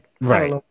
Right